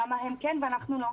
למה הם כן ואנחנו לא.